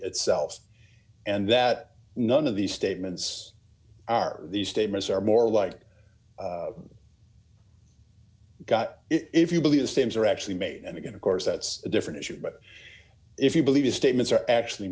selves and that none of these statements are these statements are more like got if you believe the stems are actually made and again of course that's a different issue but if you believe his statements are actually